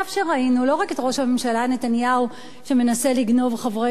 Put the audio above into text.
לא רק את ראש הממשלה נתניהו שמנסה לגנוב חברי כנסת,